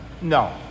no